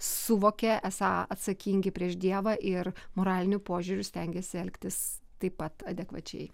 suvokė esą atsakingi prieš dievą ir moraliniu požiūriu stengėsi elgtis taip pat adekvačiai